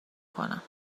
کنم